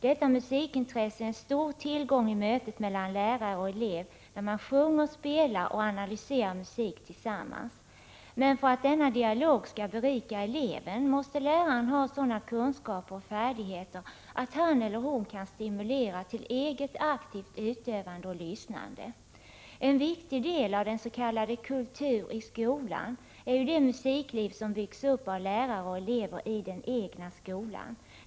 Detta musikintresse är en stor tillgång i mötet mellan lärare och elev när man sjunger, spelar, dansar och analyserar musik tillsammans. Men för att denna dialog skall berika eleven, måste läraren ha sådana kunskaper och färdigheter att han eller hon kan stimulera eleverna till eget aktivt utövande och lyssnande. En viktigt del av ”kultur i skolan” är det musikliv som byggs upp av lärare och elever i den egna skolan.